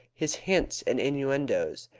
his hints and innuendoes,